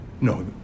no